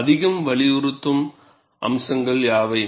அதிகம் வலியுருத்தும் அம்சங்கள் யாவை